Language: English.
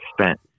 spent